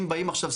אם באים עכשיו,